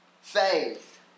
faith